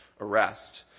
arrest